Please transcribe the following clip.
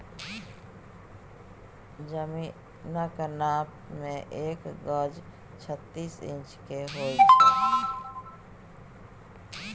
जमीनक नाप मे एक गज छत्तीस इंच केर होइ छै